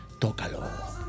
Tócalo